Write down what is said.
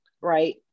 right